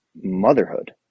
motherhood